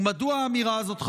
ומדוע האמירה הזאת חשובה?